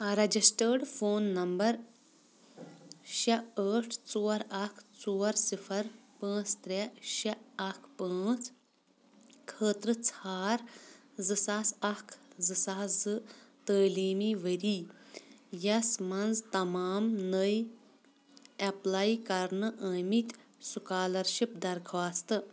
registered phone number شےٚ ٲٹھ ژور اَکھ ژور صِفَر پانٛژھ ترٛےٚ شےٚ اَکھ پانٛژھ خٲطرٕ ژھار زٕ ساس اکھ زٕ ساس زٕ تٲلیٖمی ؤری یَس منٛز تمام نٔے اٮ۪پلَے کرنہٕ ٲمِتۍ سُکالرشِپ درخواستہٕ